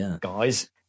guys